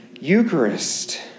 Eucharist